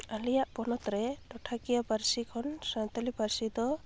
ᱟᱞᱮᱭᱟᱜ ᱯᱚᱱᱚᱛ ᱨᱮ ᱴᱚᱴᱷᱟᱠᱤᱭᱟᱹ ᱯᱟᱹᱨᱥᱤ ᱠᱷᱚᱱ ᱥᱟᱶᱛᱟᱞᱤ ᱯᱟᱹᱨᱥᱤ ᱫᱚ